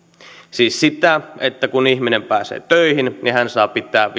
siis sitä että kun ihminen pääsee töihin niin hän saa pitää